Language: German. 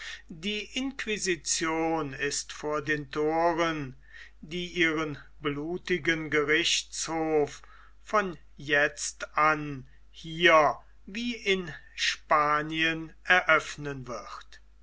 die inquisition ist vor den thoren die ihren blutigen gerichtshof von jetzt an hier wie in spanien eröffnen wird